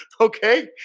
Okay